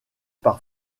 par